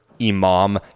Imam